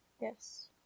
Yes